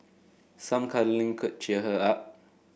some cuddling could cheer her up